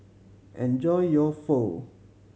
enjoy your Pho